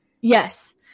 Yes